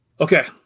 Okay